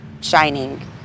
shining